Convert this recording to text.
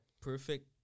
perfect